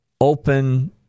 open